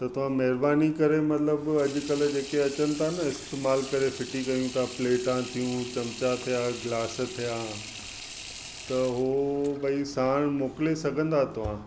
त त महिरबानी करे मतिलबु अॼुकल्ह जेकी अचनि था न इस्तेमालु करे फिटी कयूं था प्लेटा थियूं चमिचा थिया ग्लास थिया त उहो भई साण मोकिले सघंदा तव्हां